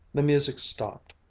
the music stopped.